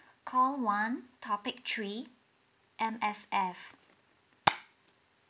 call one topic three M_S_F